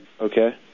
Okay